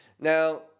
Now